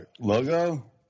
logo